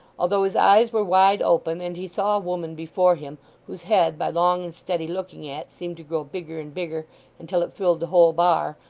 although his eyes were wide open and he saw a woman before him whose head by long and steady looking at seemed to grow bigger and bigger until it filled the whole bar,